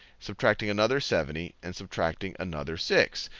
subtracting another seventy, and subtracting another six.